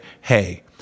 hey